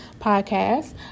podcast